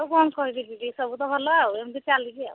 ସବୁ ବନ୍ଦ ଦିଦି ସବୁ ତ ଭଲ ଆଉ ଏମିତି ଚାଲିଛି ଆଉ